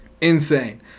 insane